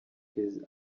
his